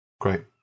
Great